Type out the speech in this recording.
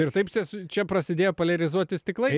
ir taip čia su čia prasidėjo poliarizuoti stiklai